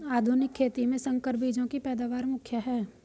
आधुनिक खेती में संकर बीजों की पैदावार मुख्य हैं